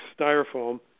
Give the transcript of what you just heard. styrofoam